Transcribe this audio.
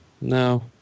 No